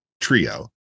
trio